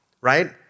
right